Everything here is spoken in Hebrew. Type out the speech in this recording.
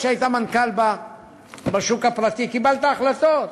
כשהיית מנכ"ל בשוק הפרטי וקיבלת החלטות,